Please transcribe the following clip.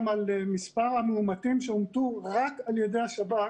על מספר המאומתים שאומתו רק על ידי השב"כ,